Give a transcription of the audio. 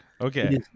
okay